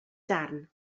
darn